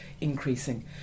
increasing